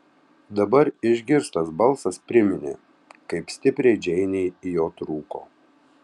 dabar išgirstas balsas priminė kaip stipriai džeinei jo trūko